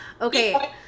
Okay